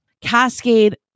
Cascade